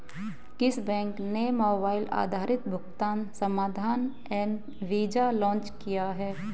किस बैंक ने मोबाइल आधारित भुगतान समाधान एम वीज़ा लॉन्च किया है?